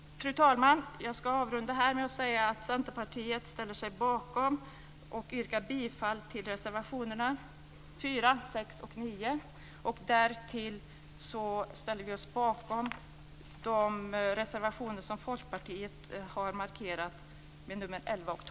Fru talman! Jag ska avrunda med att säga att Centerpartiet ställer sig bakom och yrkar bifall till reservationerna 4, 6 och 9, och därtill ställer vi oss bakom de reservationer som Folkpartiet har markerat